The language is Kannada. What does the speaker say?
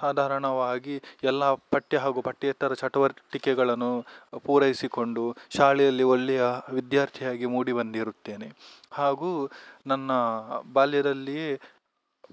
ಸಾಧಾರಣವಾಗಿ ಎಲ್ಲಾ ಪಠ್ಯ ಹಾಗೂ ಪಠ್ಯೇತರ ಚಟುವಟಿಕೆಗಳನ್ನು ಪೂರೈಸಿಕೊಂಡು ಶಾಲೆಯಲ್ಲಿ ಒಳ್ಳೆಯ ವಿದ್ಯಾರ್ಥಿಯಾಗಿ ಮೂಡಿ ಬಂದಿರುತ್ತೇನೆ ಹಾಗೂ ನನ್ನ ಬಾಲ್ಯದಲ್ಲಿಯೇ